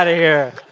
but here!